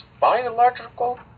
biological